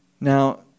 Now